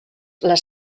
les